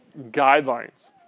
guidelines